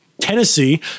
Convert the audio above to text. tennessee